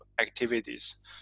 activities